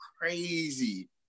crazy